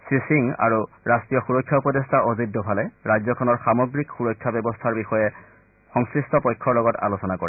শ্ৰীসিং আৰু ৰাষ্ট্ৰীয় সুৰক্ষা উপদেষ্টা অজিত দোভালে ৰাজ্যখনৰ সামগ্ৰীক সুৰক্ষা ব্যৱস্থাৰ বিষয়ে সংশ্লিষ্ট পক্ষৰ লগত আলোচনা কৰে